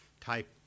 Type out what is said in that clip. type